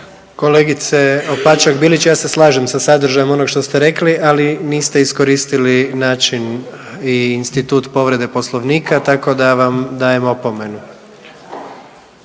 Kolegice Opačak Bilić, ja se slažem sa sadržajem onog što ste rekli ali niste iskoristili način i institut povrede Poslovnika, tako da vam dajem opomenu.